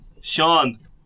Sean